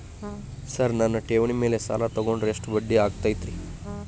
Sir ನನ್ನ ಠೇವಣಿ ಮೇಲೆ ಸಾಲ ತಗೊಂಡ್ರೆ ಎಷ್ಟು ಬಡ್ಡಿ ಆಗತೈತ್ರಿ?